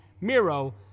Miro